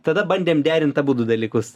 tada bandėm derint abudu dalykus